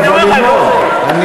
אני אומר לך, הם לא זהים.